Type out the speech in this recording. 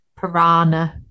Piranha